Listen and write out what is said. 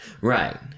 Right